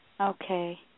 Okay